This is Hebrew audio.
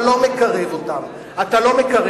אתה לא מקרב אותם, אתה לא מקרב.